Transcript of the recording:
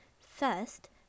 First